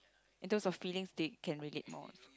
in terms of feelings they can relate more